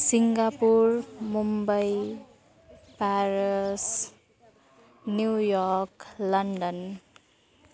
Singapore Mumbai Paris New York London